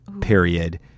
Period